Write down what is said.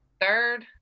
third